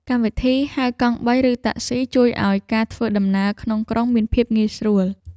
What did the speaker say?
កម្មវិធីហៅកង់បី ឬតាក់ស៊ី ជួយឱ្យការធ្វើដំណើរក្នុងក្រុងមានភាពងាយស្រួល។